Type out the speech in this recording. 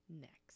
next